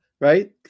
right